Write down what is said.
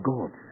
God